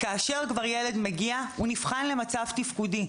כשילד כבר מגיע, הוא נבחן במצב תפקודי.